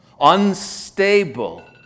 Unstable